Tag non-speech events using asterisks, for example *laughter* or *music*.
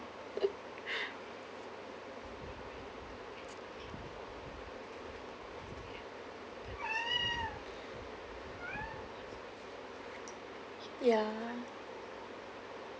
*breath* ya